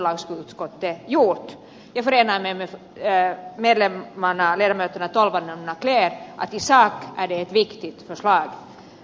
jag förenar mig med ledamöterna tolvanen och naucler att i sak är det ett viktigt förslag